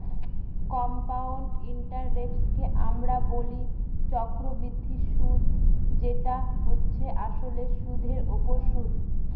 compound ইন্টারেস্টকে আমরা বলি চক্রবৃদ্ধি সুদ যেটা হচ্ছে আসলে সুধের ওপর সুদ